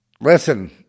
Listen